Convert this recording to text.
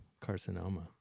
carcinoma